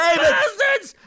bastards